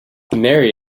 mary